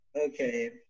Okay